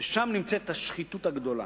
ששם נמצאת השחיתות הגדולה,